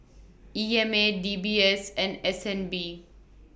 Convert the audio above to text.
E M A D B S and S N B